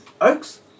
Oaks